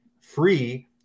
free